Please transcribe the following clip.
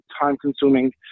time-consuming